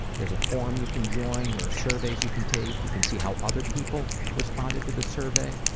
there's a forum you can join, there are surveys you can take, you can see how other people responded to the survey,